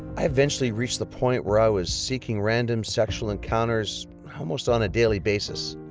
i eventually reached the point where i was seeking random sexual encounters almost on a daily basis.